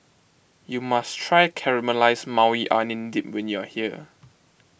you must try Caramelized Maui Onion Dip when you are here